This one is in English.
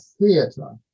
theatre